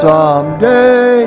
Someday